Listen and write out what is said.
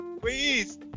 please